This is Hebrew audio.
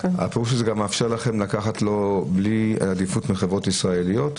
הפירוש הוא שזה גם מאפשר לקחת בלי עדיפות מחברות ישראליות?